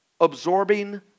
absorbing